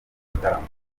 gitaramo